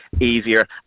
easier